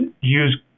use